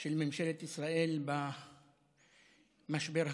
של ממשלת ישראל במשבר הקורונה: